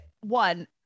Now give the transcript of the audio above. one